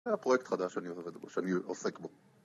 זה הפרוייקט החדש שאני עוסק בו.